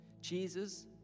Jesus